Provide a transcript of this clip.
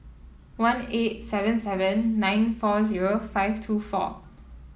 one eight seven seven nine four zero five two four